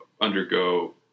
undergo